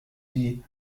die